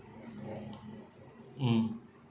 mm